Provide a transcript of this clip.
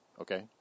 okay